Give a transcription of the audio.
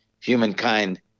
humankind